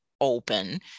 open